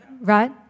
right